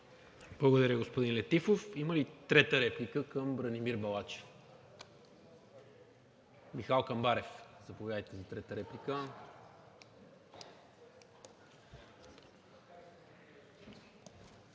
Благодаря, господин Летифов. Има ли трета реплика към Бранимир Балачев? Михал Камбарев – заповядайте за трета реплика.